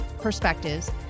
perspectives